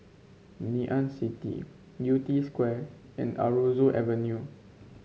Ngee Ann City Yew Tee Square and Aroozoo Avenue